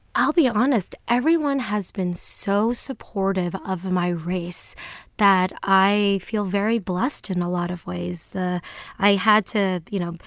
i'll be honest. everyone has been so supportive of my race that i feel very blessed in a lot of ways. i had to, you know,